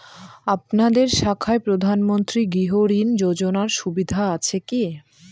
আপনাদের শাখায় প্রধানমন্ত্রী গৃহ ঋণ যোজনার সুবিধা আছে কি?